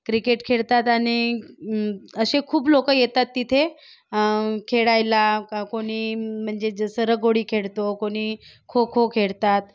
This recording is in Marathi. क्रिकेट खेळतात आणि असे खूप लोक येतात तिथे खेळायला क कोणी म्हणजे जसं लगोरी खेळतो कोणी खो खो खेळतात